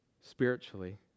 Spiritually